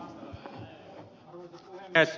arvoisa puhemies